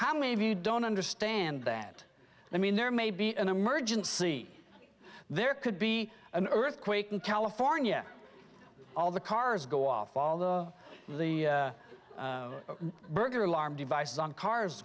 how many of you don't understand that i mean there may be an emergency there could be an earthquake in california all the cars go off all the the burglar alarm devices on cars